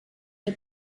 que